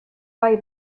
bai